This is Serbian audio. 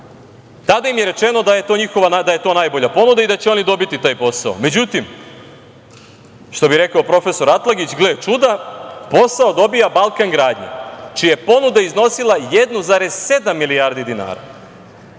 Tada im je rečeno da je to najbolja ponuda i da će oni dobiti taj posao.Međutim, što bi rekao profesor Atlagić gle čuda, posao dobija „Balkan gradnja“ čija je ponuda iznosila 1,7 milijardi dinara.